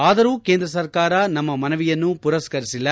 ಆದರೂ ಕೇಂದ್ರ ಸರ್ಕಾರ ನಮ್ಮ ಮನವಿಯನ್ನು ಪುರಸ್ಕರಿಸಿಲ್ಲ